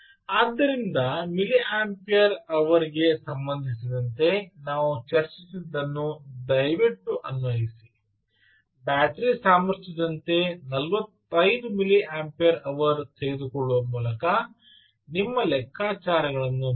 ಆದ್ದರಿಂದ milliampere hour ಗೆ ಸಂಬಂಧಿಸಿದಂತೆ ನಾವು ಚರ್ಚಿಸಿದ್ದನ್ನು ದಯವಿಟ್ಟು ಅನ್ವಯಿಸಿ ಬ್ಯಾಟರಿ ಸಾಮರ್ಥ್ಯದಂತೆ 45 ಮಿಲಿಯಂಪೇರ್ ಅವರ್ ತೆಗೆದುಕೊಳ್ಳುವ ಮೂಲಕ ನಿಮ್ಮ ಲೆಕ್ಕಾಚಾರಗಳನ್ನು ಬಳಸಿ